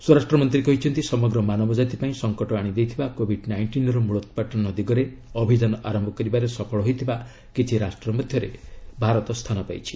ସ୍ୱରାଷ୍ଟ୍ର ମନ୍ତ୍ରୀ କହିଛନ୍ତି ସମଗ୍ର ମାନବଜାତି ପାଇଁ ସଫକଟ ଆଣିଦେଇଥିବା କୋବିଡ୍ ନାଇଷ୍ଟିନ୍ର ମୂଳୋତ୍ପାଟନ ଦିଗରେ ଅଭିଯାନ ଆରମ୍ଭ କରିବାରେ ସଫଳ ହୋଇଥିବା କିଛି ରାଷ୍ଟ୍ର ମଧ୍ୟରେ ଭାରତ ସ୍ଥାନ ପାଇଛି